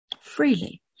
freely